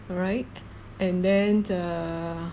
alright and then err